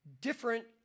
different